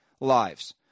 lives